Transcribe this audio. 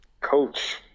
Coach